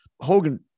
Hogan